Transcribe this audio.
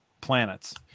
planets